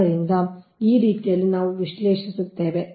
ಆದ್ದರಿಂದ ಈ ರೀತಿಯಲ್ಲಿ ನಾವು ವಿಶ್ಲೇಷಿಸುತ್ತೇವೆ